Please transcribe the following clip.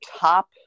top